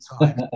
time